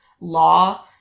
law